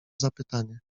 zapytanie